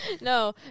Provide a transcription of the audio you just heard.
No